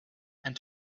and